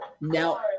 Now